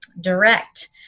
direct